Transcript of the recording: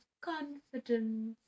confidence